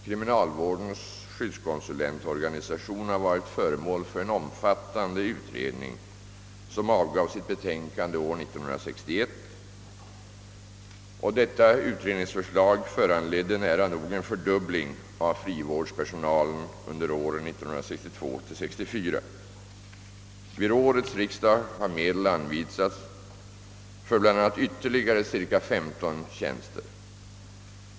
Kriminalvårdens skyddskonsulentorganisation har varit föremål för en omfattande utredning som avgav sitt betänkande år 1961, och detta utredningsförslag föranledde nära nog en fördubbling av frivårdspersonalen under åren 1962—1964. Vid årets riksdag har medel anvisats för bl.a. ytterligare cirka 15 assistenttjänster.